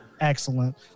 excellent